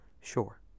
Sure